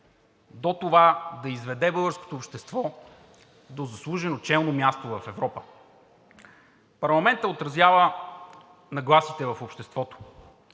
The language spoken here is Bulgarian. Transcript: до това да изведе българското общество до заслужено челно място в Европа. Парламентът отразява нагласите в обществото.